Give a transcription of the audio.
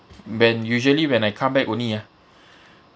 when usually when I come back only ah